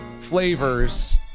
flavors